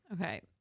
Okay